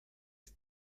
ist